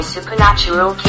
Supernatural